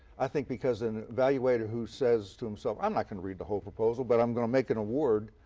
i think because an evaluator who says to himself, um so i'm not going to read the whole proposal, but i'm going to make an award,